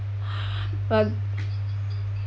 but